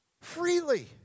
freely